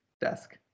desk